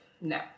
no